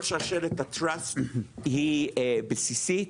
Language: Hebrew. כל שרשרת ה-"trust" היא בסיסית.